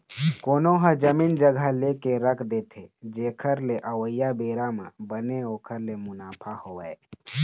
कोनो ह जमीन जघा लेके रख देथे जेखर ले अवइया बेरा म बने ओखर ले मुनाफा होवय